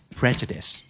prejudice